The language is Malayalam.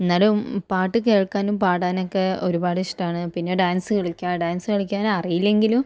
എന്നാലും പാട്ട് കേൾക്കാനും പാടാനും ഒക്കെ ഒരുപാട് ഇഷ്ടമാണ് പിന്നെ ഡാൻസ് കളിക്കുക ഡാൻസ് കളിക്കാൻ അറിയില്ലെങ്കിലും